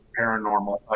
paranormal